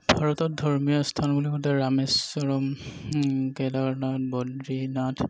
ভাৰতত ধৰ্মীয় স্থান বুলি কওঁতে ৰামেশ্বৰম কেদাৰনাথ বদ্ৰীনাথ